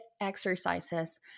exercises